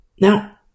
Now